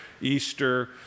Easter